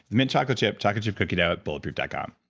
mint chocolate chip, chocolate chip cookie dough, bulletproof dot com